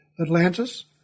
Atlantis